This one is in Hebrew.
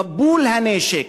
מבול הנשק,